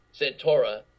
Santora